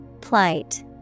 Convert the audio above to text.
Plight